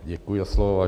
Děkuji za slovo.